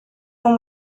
uma